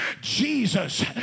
Jesus